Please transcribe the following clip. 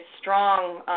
strong –